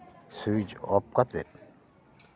switch off ᱠᱟᱛᱮᱫ